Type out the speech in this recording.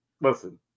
listen